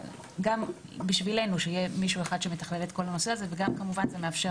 גם בשבילנו היה מישהו אחד שתכלל את כל הנושא הזה וגם כמובן זה מאפשר